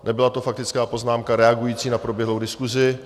Nebyla to faktická poznámka reagující na proběhlou diskusi.